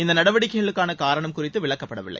இந்த நடவடிக்கைக்கான காரணம் குறித்து விளக்கப்படவில்லை